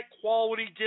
quality